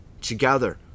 together